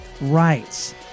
rights